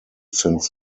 since